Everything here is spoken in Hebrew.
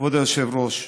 כבוד היושב-ראש,